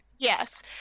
Yes